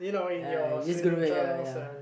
ya you just ya ya